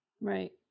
Right